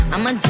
I'ma